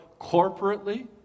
corporately